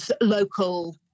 local